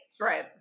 Right